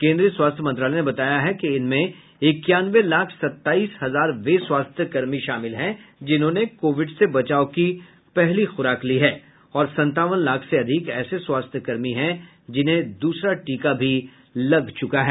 केन्द्रीय स्वास्थ्य मंत्रालय ने बताया है कि इनमें इक्यानवे लाख सत्ताईस हजार वे स्वास्थ्य कर्मी शामिल हैं जिन्होंने कोविड से बचाव की पहली खुराक ली है और संतावन लाख से अधिक ऐसे स्वास्थ्य कर्मी हैं जिन्हें दूसरा टीका भी लग च्का है